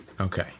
Okay